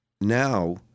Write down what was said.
now